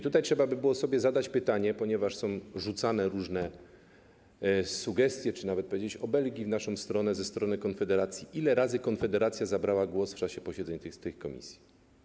Tutaj trzeba byłoby sobie zadać pytanie, ponieważ są rzucane różne sugestie czy nawet, można powiedzieć, obelgi w naszą stronę ze strony Konfederacji, ile razy Konfederacja zabrała głos w czasie tych posiedzeń komisji.